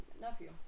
nephew